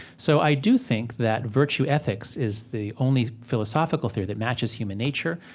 so i do think that virtue ethics is the only philosophical theory that matches human nature.